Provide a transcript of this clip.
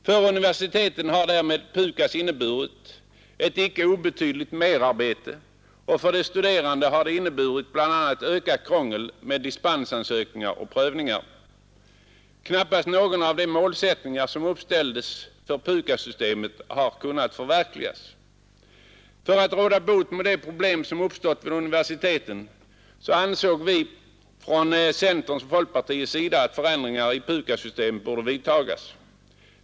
För universiteten har därmed PUKAS inneburit ett icke obetydligt merarbete, och för de studerande har det inneburit bl.a. ökat krångel med dispensansökningar och prövningar. Knappast någon av de målsättningar som uppställdes för PUKAS-systemet har kunnat förverkligas. För att råda bot på de problem som uppstått vid universiteten ansåg vi från centerns och folkpartiets sida att förändringar i PUKAS-systemet borde vidtas.